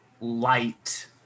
light